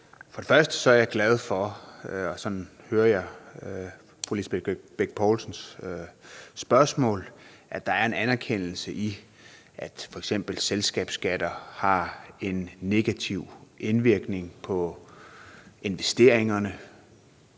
For det første er jeg glad for, at der i fru Lisbeth Bech Poulsens spørgsmål – sådan hører jeg det – ligger en anerkendelse af, at f.eks. selskabsskatter har en negativ indvirkning på investeringerne